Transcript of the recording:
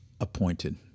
appointed